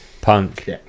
punk